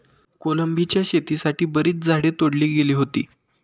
कोलंबीच्या शेतीसाठी बरीच झाडे तोडली गेली होती